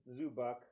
Zubak